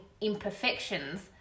imperfections